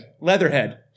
Leatherhead